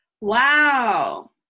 Wow